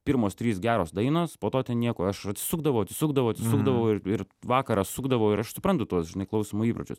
pirmos trys geros dainos po to ten nieko aš atsisukdavau atsisukdavau atsisukdavau ir ir vakarą sukdavau ir aš suprantu tuos žinai klausymo įpročius